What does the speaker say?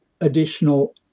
additional